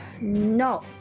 No